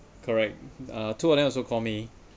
correct uh two and then also call me